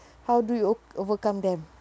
how do you o~ overcome them